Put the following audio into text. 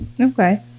Okay